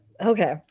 Okay